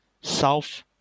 south